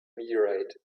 meteorite